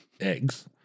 eggs